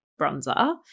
bronzer